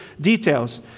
details